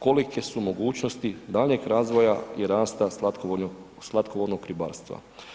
kolike mogućnosti daljnjeg razvoja i rasta slatkovodnog ribarstva.